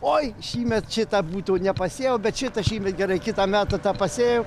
oi šįmet šitą būtų nepasėjau bet šitą šįmet gerai kitą metą tą pasėjau